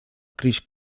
kris